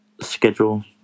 schedule